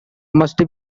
must